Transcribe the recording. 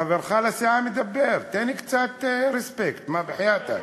חברך לסיעה מדבר, תן לי קצת רספקט, בחייתכ.